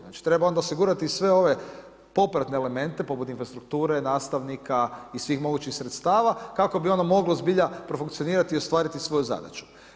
Znači, treba onda osigurati i sve ove popratne elemente poput infrastrukture, nastavnika i svih mogućih sredstava kako bi ono moglo zbilja profunkcionirati i ostvariti svoju zadaću.